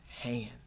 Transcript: hand